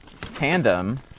tandem